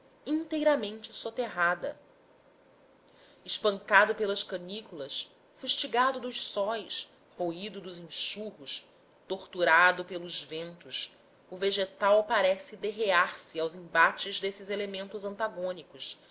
inteiramente soterrada espancado pelas canículas fustigado dos sóis roído dos enxurros torturado pelos ventos o vegetal parece derrear se aos embates desses elementos antagônicos